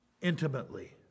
intimately